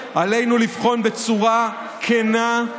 עלינו לבחון בצורה כנה,